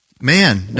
man